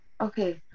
okay